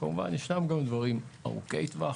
כמובן שישנם גם דברים ארוכי טווח,